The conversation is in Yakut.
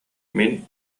мин